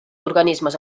organismes